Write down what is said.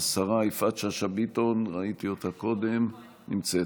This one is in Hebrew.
השרה יפעת שאשא ביטון, ראיתי אותה קודם' נמצאת.